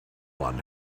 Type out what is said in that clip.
one